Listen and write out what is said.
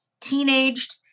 teenaged